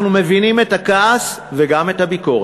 אנחנו מבינים את הכעס, וגם את הביקורת.